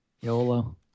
YOLO